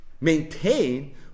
maintain